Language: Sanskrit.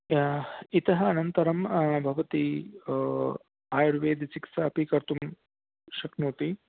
इतः अनन्तरं भवति आयुर्वेदचिकित्सा अपि कर्तुम् शक्नोति